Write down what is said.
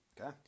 Okay